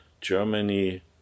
Germany